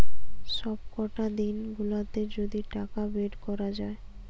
সবকটা দিন গুলাতে যদি টাকা বের কোরা যায়